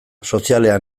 sozialean